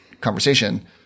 conversation